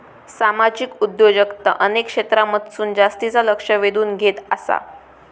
सामाजिक उद्योजकता अनेक क्षेत्रांमधसून जास्तीचा लक्ष वेधून घेत आसा